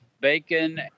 bacon